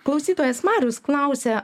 klausytojas marius klausia